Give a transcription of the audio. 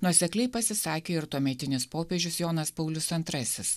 nuosekliai pasisakė ir tuometinis popiežius jonas paulius antrasis